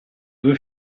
due